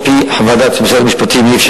על-פי חוות דעת של משרד המשפטים אי-אפשר